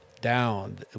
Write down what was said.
down